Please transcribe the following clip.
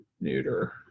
neuter